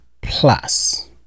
Plus